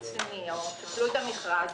רציניות של מלונות קיבלו את המכרז,